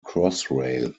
crossrail